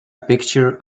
picture